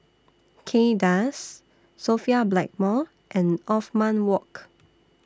Kay Das Sophia Blackmore and Othman Wok